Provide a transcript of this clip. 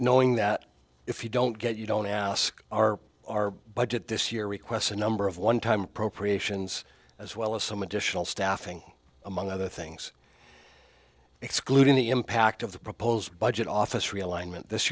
knowing that if you don't get you don't ask our our budget this year requests a number of onetime pro creation zz as well as some additional staffing among other things excluding the impact of the proposed budget office